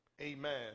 amen